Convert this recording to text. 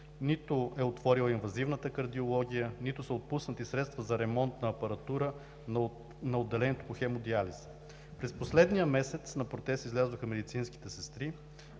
нито е отворила инвазивната кардиология, нито са отпуснати средства за ремонт на апаратура на отделението по хемодиализа. През последния месец на протест излязоха медицинските сестри,